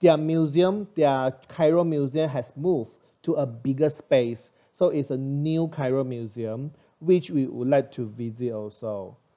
their museum their cairo museum have moved to a bigger space so is a new cairo museum which we would like to visit also